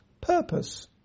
purpose